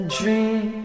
dream